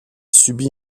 subit